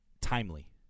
timely